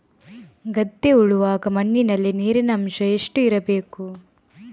ಗದ್ದೆ ಉಳುವಾಗ ಮಣ್ಣಿನಲ್ಲಿ ನೀರಿನ ಅಂಶ ಎಷ್ಟು ಇರಬೇಕು?